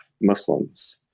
Muslims